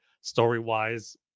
story-wise